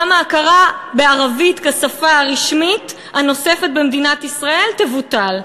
גם ההכרה בערבית כשפה הרשמית הנוספת במדינת ישראל תבוטל.